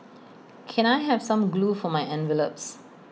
can I have some glue for my envelopes